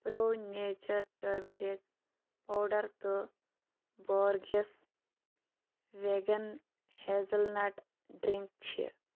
pro nature turmeric powder تہٕ Borges vegan hazelnut drink چھِ